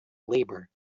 labour